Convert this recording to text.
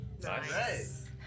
Nice